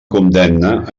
condemna